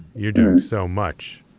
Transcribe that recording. you're doing so much.